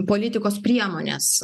politikos priemones